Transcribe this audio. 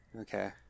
Okay